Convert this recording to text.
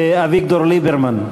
עדיין, אביגדור ליברמן.